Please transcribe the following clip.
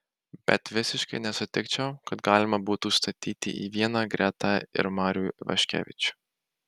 bet visiškai nesutikčiau kad galima būtų statyti į vieną gretą ir marių ivaškevičių